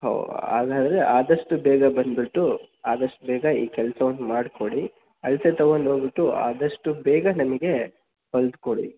ಹೋ ಹಾಗಾದ್ರೆ ಆದಷ್ಟು ಬೇಗ ಬಂದಿಬಿಟ್ಟು ಆದಷ್ಟು ಬೇಗ ಈ ಕೆಲ್ಸವನ್ನು ಮಾಡಿಕೊಡಿ ಅಳತೆ ತಗೊಂಡು ಹೋಗಿಬಿಟ್ಟು ಆದಷ್ಟು ಬೇಗ ನಮಗೆ ಹೊಲ್ದು ಕೊಡಿ